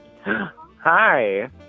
Hi